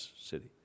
city